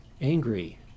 Angry